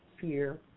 fear